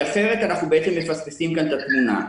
אחרת, אנחנו בעצם מפספסים כאן את התמונה.